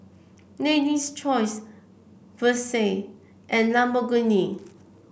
Lady's Choice Versace and Lamborghini